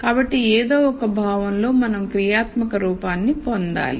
కాబట్టి ఏదో ఒక భావం లో మనం క్రియాత్మక రూపాన్ని పొందాలి